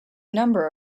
number